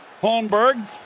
Holmberg